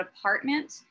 apartment